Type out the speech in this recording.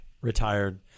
retired